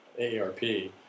AARP